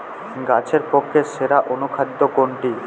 গাছের পক্ষে সেরা অনুখাদ্য কোনটি?